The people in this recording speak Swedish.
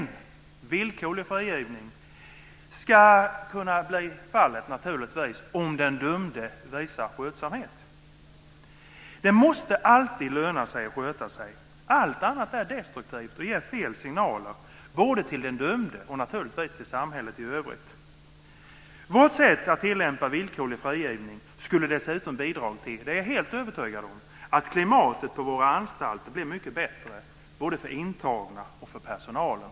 Villkorlig frigivning ska naturligtvis kunna bli fallet om den dömde visar skötsamhet. Det måste alltid löna sig att sköta sig, allt annat är destruktivt och ger fel signaler både till den dömde och naturligtvis till samhället i övrigt. Vårt sätt att tillämpa villkorlig frigivning skulle dessutom bidra till att klimatet på våra anstalter blev mycket bättre både för de intagna och för personalen.